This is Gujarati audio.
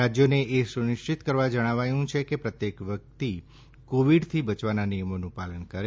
રાજયોને એ સુનિશ્ચિત કરવા જણાવાયું છે કે પ્રત્યેક વ્યકિત કોવિડથી બયવાના નિયમોનું પાલન કરે